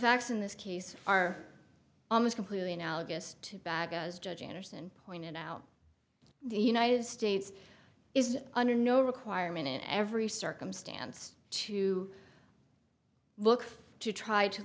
facts in this case are almost completely analogous to baguio as judge anderson pointed out the united states is under no requirement in every circumstance to look to try to